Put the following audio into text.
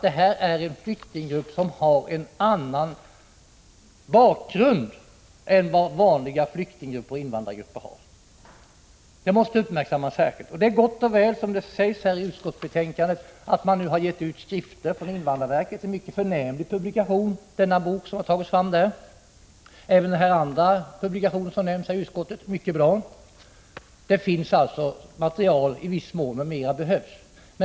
Det är en flyktinggrupp som har en annan bakgrund än vad vanliga flyktinggrupper och invandrargrupper har. Det är gott och väl, som det sägs här i utskottsbetänkandet, att man nu har gett ut skrifter från invandrarverket. Den bok som har tagits fram där är en mycket förnämlig publikation. Aven den andra publikation som nämns av utskottet är mycket bra. Det finns alltså material i viss mån, men mera behövs.